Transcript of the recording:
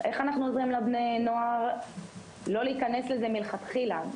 איך אנחנו עוזרים לבני נוער לא להיכנס לזה מלכתחילה,